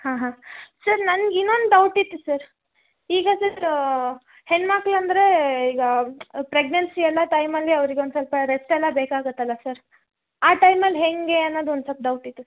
ಹಾಂ ಹಾಂ ಸರ್ ನನ್ಗೆ ಇನ್ನಂದು ಡೌಟಿತ್ತು ಸರ್ ಈಗ ಸರ್ ಹೆಣ್ ಮಕ್ಳು ಅಂದರೆ ಈಗ ಪ್ರೆಗ್ನೆಸಿ ಎಲ್ಲ ಟೈಮಲ್ಲಿ ಅವ್ರಿಗೊಂದು ಸ್ವಲ್ಪ ರೆಸ್ಟ್ ಎಲ್ಲ ಬೇಕಾಗತ್ತಲ್ಲ ಸರ್ ಆ ಟೈಮಲ್ಲಿ ಹೇಗೇ ಅನ್ನೋದು ಒಂದು ಸೊಲ್ಪ್ ಡೌಟ್ ಇತ್ತು ಸರ್